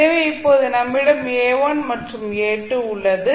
எனவே இப்போது நம்மிடம் A1 மற்றும் A2 உள்ளது